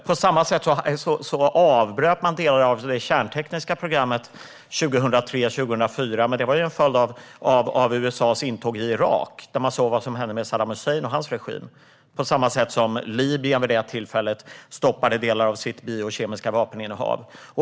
På samma sätt avbröt man delar av det kärntekniska programmet 2003-2004 som en följd av USA:s intåg i Irak, där man såg vad som hände med Saddam Hussein och hans regim, på samma sätt som Libyen vid det tillfället stoppade delar av sitt biokemiska vapeninnehav.